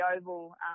oval